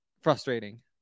frustrating